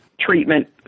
treatment